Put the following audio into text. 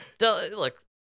Look